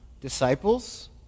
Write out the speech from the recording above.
disciples